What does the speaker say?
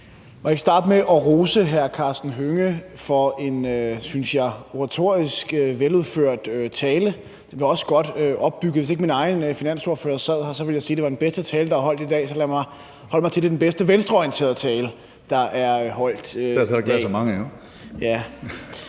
jeg ikke starte med at rose hr. Karsten Hønge for en, synes jeg, oratorisk veludført tale, som også var godt opbygget. Hvis ikke min egen finansordfører sad her, ville jeg sige, at det var den bedste tale, der er holdt i dag, men lad mig holde mig til at sige, at det er den bedste venstreorienterede tale, der er holdt her i dag. (Karsten Hønge (SF): Der